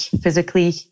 physically